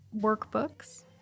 workbooks